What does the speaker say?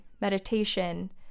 meditation